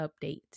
update